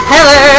Hello